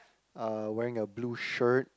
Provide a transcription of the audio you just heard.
uh wearing a blue shirt